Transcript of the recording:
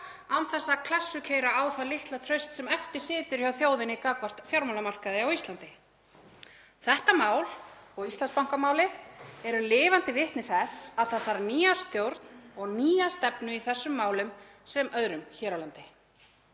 þess að klessukeyra á það litla traust sem eftir situr hjá þjóðinni gagnvart fjármálamarkaði á Íslandi. Þetta mál og Íslandsbankamálið eru lifandi vitni þess að það þarf nýja stjórn og nýja stefnu í þessum málum sem öðrum hér á landi.